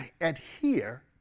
adhere